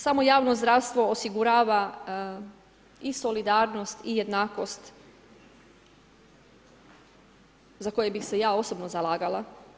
Samo javno zdravstvo osigurava i solidarnost i jednakost za koje bih se ja osobno zalagala.